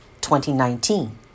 2019